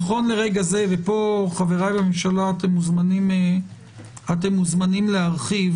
נכון לרגע פה זה ופה חבריי לממשלה אתם מוזמנים להרחיב